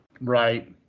right